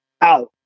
out